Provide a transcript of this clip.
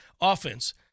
offense